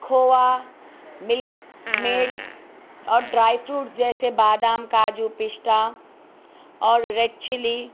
کھووا milk made اور dry fruits جیسے بادام کاجو پستا اور ریڈ چلی